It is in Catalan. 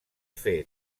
fer